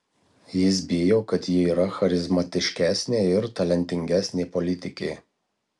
jis bijo kad ji yra charizmatiškesnė ir talentingesnė politikė